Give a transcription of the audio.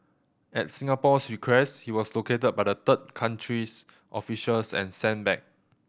at Singapore's request he was located by the third country's officials and sent back